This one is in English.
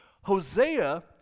Hosea